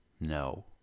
No